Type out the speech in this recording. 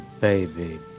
baby